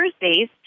Thursdays